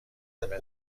بده